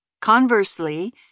Conversely